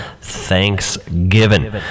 Thanksgiving